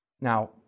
Now